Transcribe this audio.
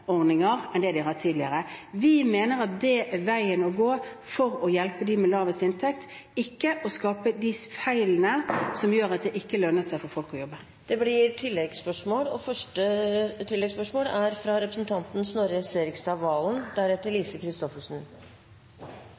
enn de har hatt tidligere. Vi mener det er veien å gå for å hjelpe de med lavest inntekter – ikke å skape de feilene som gjør at det ikke lønner seg for folk å jobbe. Det åpnes for oppfølgingsspørsmål – først Snorre Serigstad Valen. Det er